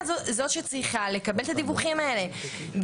היא זאת שצריכה לקבל את הדיווחים האלה.